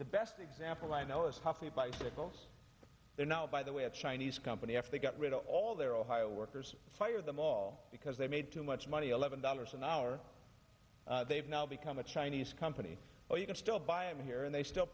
the best example i know is poppy bicycles there now by the way a chinese company actually got rid of all their ohio workers fire them all because they made too much money eleven dollars an hour they've now become a chinese company or you can still buy em here and they still